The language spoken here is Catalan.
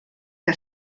que